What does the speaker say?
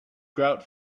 grout